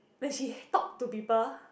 when she talk to people